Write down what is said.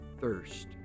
thirst